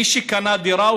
מי שקנה דירה,